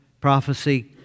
prophecy